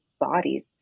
bodies